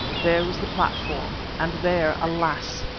there was the platform and there, alas!